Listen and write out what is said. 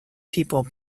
people